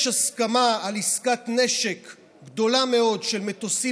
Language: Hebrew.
יש הסכמה על עסקת נשק גדולה מאוד של מטוסים